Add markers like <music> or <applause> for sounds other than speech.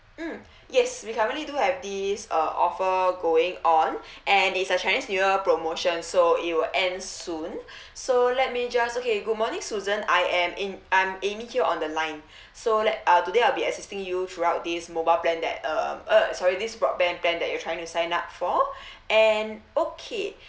mm <breath> yes we currently do have this uh offer going on <breath> and it's a chinese new year promotion so it will end soon <breath> so let me just okay good morning susan I am in I'm amy here on the line <breath> so let uh today I'll be assisting you throughout this mobile plan that uh uh sorry this broadband plan that you trying to sign up for <breath> and okay